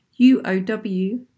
UOW